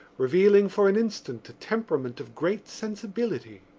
revealing for an instant a temperament of great sensibility.